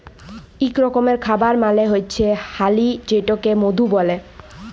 ইক রকমের খাবার মালে হচ্যে হালি যেটাকে মধু ব্যলে